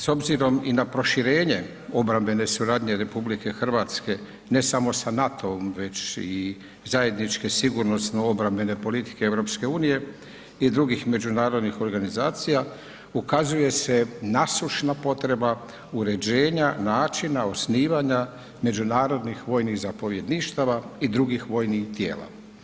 S obzirom i na proširenje obrambene suradnje RH ne samo sa NATO-om već i zajedničke sigurnosno obrambene politike EU i drugih međunarodnih organizacija ukazuje se nasušna potreba uređenja načina osnivanja međunarodnih vojnih zapovjedništava i drugih vojnih tijela.